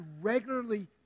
regularly